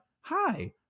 hi